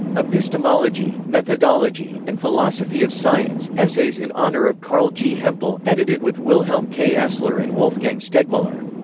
epistemology, methodology, and philosophy of science essays in honour of carl g. hempel. edited with wilhelm k. essler and wolfgang stegmuller.